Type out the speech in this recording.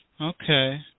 Okay